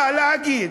שבאה להגיד